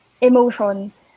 emotions